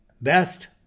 best